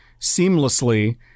seamlessly